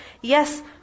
Yes